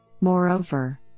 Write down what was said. Moreover